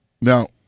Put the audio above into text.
Now